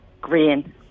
Green